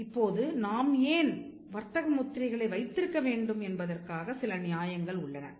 இப்போது நாம் ஏன் வர்த்தக முத்திரைகளை வைத்திருக்க வேண்டும் என்பதற்காக சில நியாயங்கள் உள்ளன